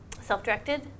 self-directed